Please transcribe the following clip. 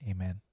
Amen